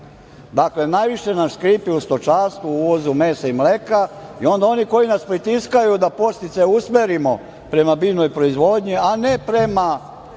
Dakle, najviše nam škripi u stočarstvu, u uvozu mesa i mleka i onda oni koji nas pritiskaju da podsticaje usmerimo prema biljnoj proizvodnji, a ne prema